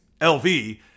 LV